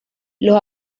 los